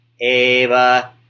eva